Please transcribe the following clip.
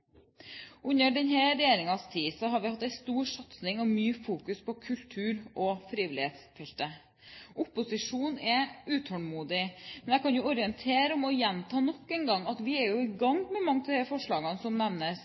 Under denne regjeringen har vi hatt en stor satsing og mye fokus på kultur- og frivillighetsfeltet. Opposisjonen er utålmodig. Men jeg vil orientere om, og gjenta nok en gang, at vi er i gang med mange av de forslagene som nevnes.